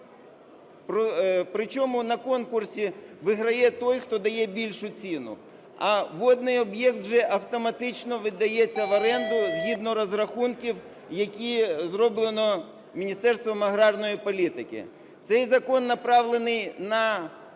причому на конкурсі виграє той, хто дає більшу ціну. А водний об'єкт вже автоматично видається в оренду згідно розрахунків, які зроблено Міністерством аграрної політики. Цей закон направлений на